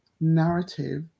narrative